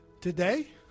today